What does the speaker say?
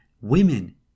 women